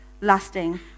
lasting